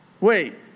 Wait